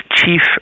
chief